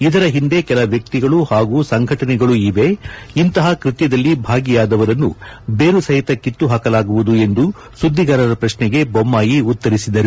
ಇದರ ಹಿಂದೆ ಕೆಲ ವ್ಯಕ್ತಿಗಳು ಹಾಗೂ ಸಂಘಟನೆಗಳೂ ಇವೆ ಇಂತಹ ಕೃತ್ಯದಲ್ಲಿ ಭಾಗಿಯಾದವರನ್ನು ಬೇರು ಸಹಿತ ಕಿತ್ತು ಹಾಕಲಾಗುವುದು ಎಂದು ಸುದ್ದಿಗಾರರ ಪ್ರಶ್ನೆಗೆ ಬೊಮ್ಮಾಯಿ ಉತ್ತರಿಸಿದರು